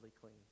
clean